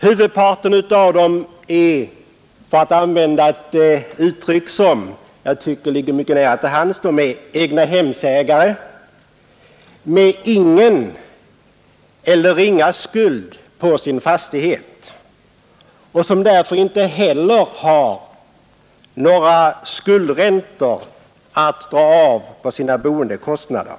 Huvudparten av dem är, för att använda ett uttryck som jag tycker ligger mycket nära till hands, egnahemsägare med ingen eller ringa skuld på sina fastigheter och de har därför inte heller några nämnvärda skuldräntor att dra av från sina faktiska boendekostnader.